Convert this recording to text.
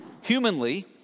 humanly